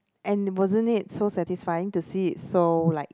and wasn't it so satisfying to see it so like